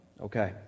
Okay